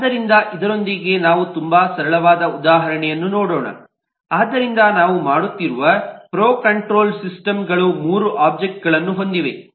ಆದ್ದರಿಂದ ಇದರೊಂದಿಗೆ ನಾವು ತುಂಬಾ ಸರಳವಾದ ಉದಾಹರಣೆಯನ್ನು ನೋಡೋಣ ಆದ್ದರಿಂದ ನಾವು ಮಾತನಾಡುತ್ತಿರುವುದು ಫ್ಲೋ ಕಂಟ್ರೋಲ್ ಸಿಸ್ಟಮ್ಗಳು ಮೂರು ಒಬ್ಜೆಕ್ಟ್ಗಳನ್ನು ಹೊಂದಿವೆ